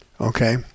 okay